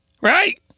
Right